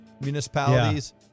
municipalities